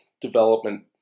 development